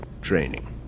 training